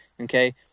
Okay